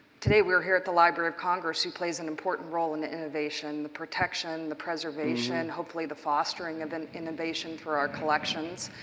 today we're here at the library of congress who plays an important role in the innovation, the protection, the preservation, hopefully the fostering of innovation for our collections.